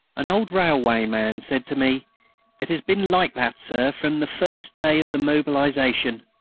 an old railwayman said to me it has been like that, sir, from the first day of the mobilisation.